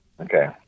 Okay